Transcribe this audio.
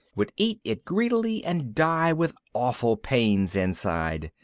would eat it greedily, and die with awful pains inside.